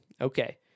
Okay